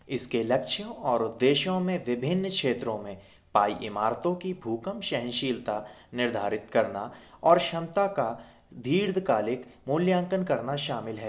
इसके लक्ष्यों और उद्देश्यों में विभिन्न क्षेत्रों में पाई इमारतों की भूकंप सहनशीलता निर्धारित करना और क्षमता का दीर्घकालिक मूल्यांकन करना शामिल हैं